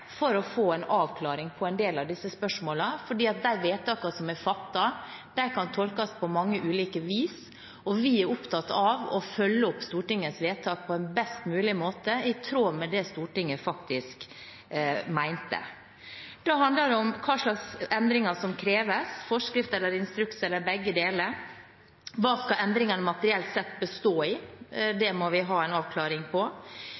for å komme tilbake for å få en avklaring av en del av disse spørsmålene, fordi de vedtakene som er fattet, kan tolkes på mange ulike vis, og vi er opptatt av å følge opp Stortingets vedtak på best mulig måte, i tråd med det Stortinget faktisk mente. Det handler om hva slags endringer som kreves – forskrift eller instruks eller begge deler? Hva skal endringene materielt sett bestå i?